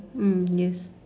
mm yes